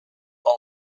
old